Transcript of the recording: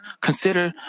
consider